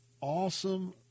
awesome